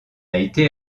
été